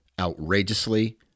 outrageously